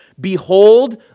Behold